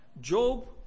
Job